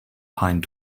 pine